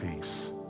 peace